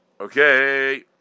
Okay